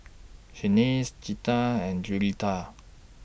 Shanice Zetta and Juliette